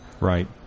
Right